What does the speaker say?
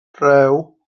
rhew